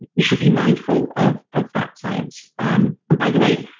you should be mindful of of that science um and by the way,